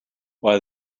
while